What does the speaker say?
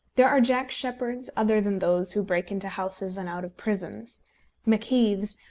there are jack sheppards other than those who break into houses and out of prisons macheaths,